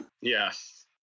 Yes